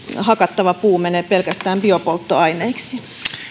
hakattava puu mene pelkästään biopolttoaineiksi